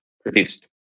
produced